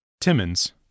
Timmons